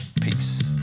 Peace